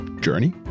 Journey